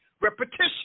repetition